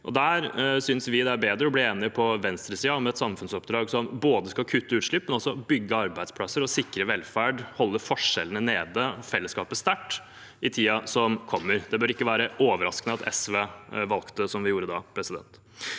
Der synes vi det er bedre å bli enige på venstresiden om et samfunnsoppdrag som både skal kutte utslipp, bygge arbeidsplasser, sikre velferd, holde forskjellene nede og fellesskapet sterkt i tiden som kommer. Da bør det ikke være overraskende at SV valgte som vi gjorde. Dette